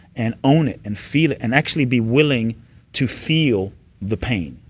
and own it and feel it and actually be willing to feel the pain,